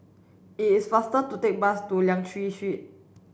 is faster to take bus to Liang Seah Street